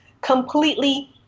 completely